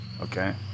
okay